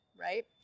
right